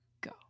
Go